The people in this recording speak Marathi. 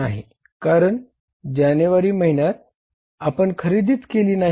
नाही कारण जानेवारी महिन्यात आपण काही खरेदीच केले नाही